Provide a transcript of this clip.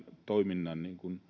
toiminnan